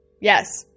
Yes